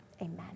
amen